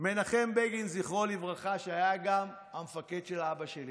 מנחם בגין, זכרו לברכה, שהיה גם מפקד של אבא שלי